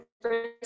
first